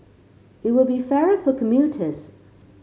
it will be fairer for commuters